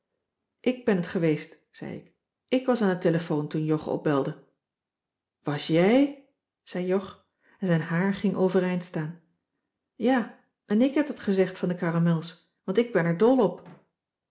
ik ben t geweest zei ik ik was aan de telefoon toen jog opbelde was jij zei jog en zijn haar ging overeind staan ja en ik heb dat gezegd van de caramels want ik ben er dol op